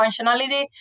functionality